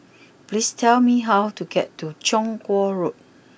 please tell me how to get to Chong Kuo Road